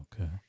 Okay